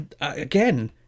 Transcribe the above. again